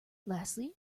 lastly